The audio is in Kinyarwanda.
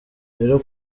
rero